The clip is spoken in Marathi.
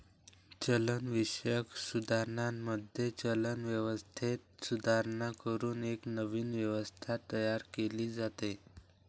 चलनविषयक सुधारणांमध्ये, चलन व्यवस्थेत सुधारणा करून एक नवीन व्यवस्था तयार केली जाते